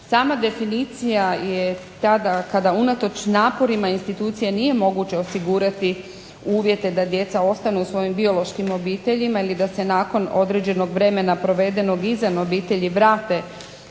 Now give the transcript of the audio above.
Sama definicija je tada kada unatoč naporima institucije nije moguće osigurati uvjete da djeca ostanu u svojim biološkim obiteljima ili da se nakon određenog vremena provedenog izvan obitelji vrate